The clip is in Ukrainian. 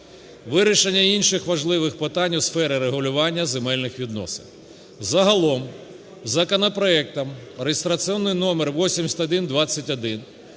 вирішення інших важливих питань у сфері регулювання земельних відносин. Загалом законопроектом (реєстраційний номер 812)